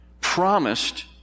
promised